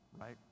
right